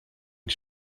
die